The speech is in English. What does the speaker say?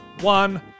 one